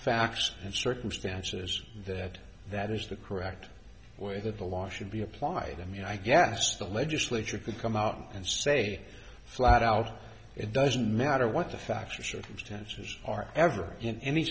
facts and circumstances that that is the correct way that the law should be applied i mean i guess the legislature could come out and say flat out it doesn't matter what the facts or circumstances are ever